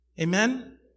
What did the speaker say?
Amen